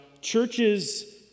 churches